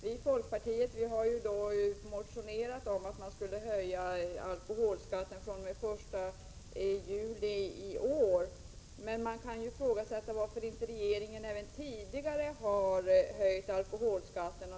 Vii folkpartiet har motionerat om att man skulle höja alkoholskatten fr.o.m. den 1 juli i år. Man kan fråga sig varför regeringen inte tidigare har höjt alkoholskatten.